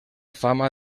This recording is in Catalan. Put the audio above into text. fama